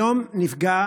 היום נפגע